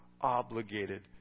obligated